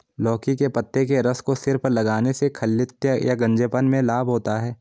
लौकी के पत्ते के रस को सिर पर लगाने से खालित्य या गंजेपन में लाभ होता है